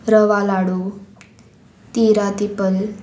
रवा लाडू तिरा तिपल